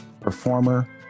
performer